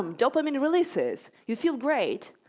dopamine releases. you feel great!